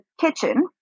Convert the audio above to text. kitchen